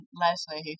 Leslie